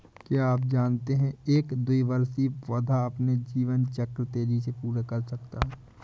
क्या आप जानते है एक द्विवार्षिक पौधा अपना जीवन चक्र तेजी से पूरा कर सकता है?